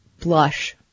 blush